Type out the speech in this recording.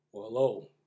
hello